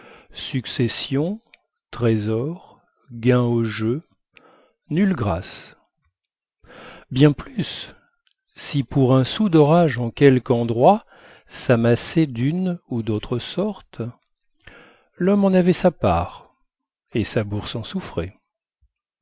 succession trésor gain au jeu nulle grâce rien plus si pour un sou d'orage en quelque endroit s'amassait d'une ou d'autre sorte l'homme en avait sa part et sa bourse en souffrait